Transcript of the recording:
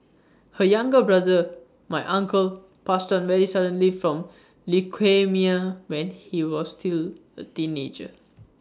her younger brother my uncle passed on very suddenly from leukaemia when he was still A teenager